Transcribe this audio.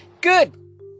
good